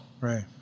Right